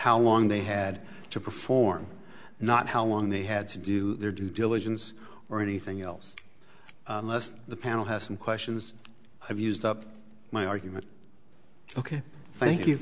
how long they had to perform not how long they had to do their due diligence or anything else lest the panel have some questions i've used up my argument ok thank you